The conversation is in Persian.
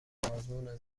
آزمون